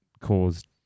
caused